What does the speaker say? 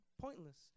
pointless